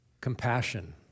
Compassion